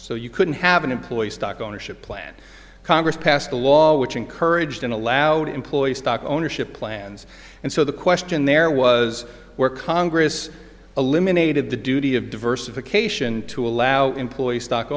so you couldn't have an employee stock ownership plan congress passed a law which encouraged and allowed employee stock ownership plans and so the question there was where congress eliminated the duty of diversification to allow employees stock